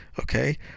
Okay